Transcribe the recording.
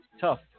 tough